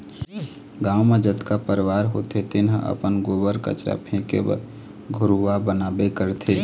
गाँव म जतका परवार होथे तेन ह अपन गोबर, कचरा फेके बर घुरूवा बनाबे करथे